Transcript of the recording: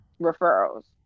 referrals